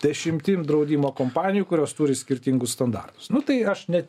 dešimtim draudimo kompanijų kurios turi skirtingus standartus nu tai aš net